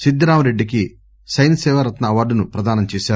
సిద్ధిరాంరెడ్డికి science సేవ రత్న అవార్డును ప్రదానం చేశారు